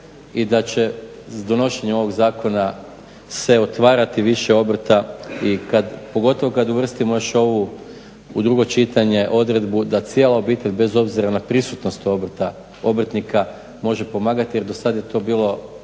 i da će donošenje ovoga zakona se otvarati više obrta i kada, pogotovo kada uvrstimo još ovu u drugu čitanje odredbu da cijela obitelj bez obzira na prisutnost obrtnika može pomagati jer do sada je to bilo